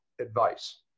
advice